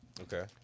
Okay